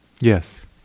Yes